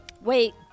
Wait